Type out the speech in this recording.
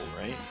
right